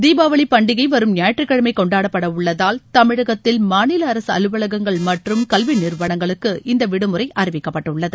தீபாவளிப் பண்டிகை வரும் ஞாயிற்றுக்கிழமை கொண்டாடப்பட உள்ளதால் தமிழகத்தில் மாநில அரசு அலுவலகங்கள் மற்றும் கல்வி நிறுவனங்களுக்கு இந்த விடுமுறை அறிவிக்கப்பட்டுள்ளது